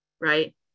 right